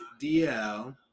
DL